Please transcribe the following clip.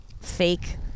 fake